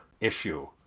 issue